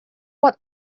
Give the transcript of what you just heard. what